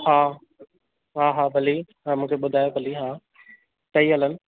हा हा हा भले तव्हां मूंखे ॿुधायो भले ई हा टई हलनि